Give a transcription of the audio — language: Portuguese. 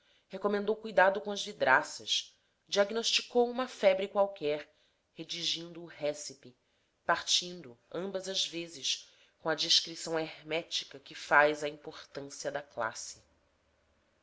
recomendou cuidado com as vidraças diagnosticou uma febre qualquer redigindo o récipe partindo ambas as vezes com a discrição hermética que faz a importância da classe